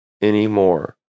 anymore